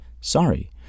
sorry